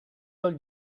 del